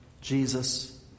Jesus